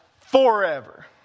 forever